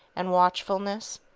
and watchfulness?